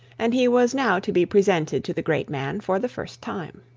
and he was now to be presented to the great man for the first time.